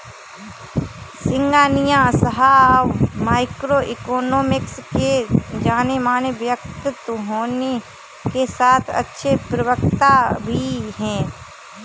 सिंघानिया साहब microeconomics के जानेमाने व्यक्तित्व होने के साथ अच्छे प्रवक्ता भी है